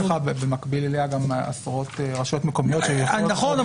אבל יש לך במקביל אליה עשרות רשויות מקומיות ש --- נכון,